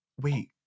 wait